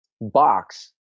box